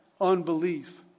unbelief